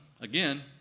Again